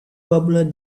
popular